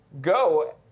go